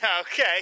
Okay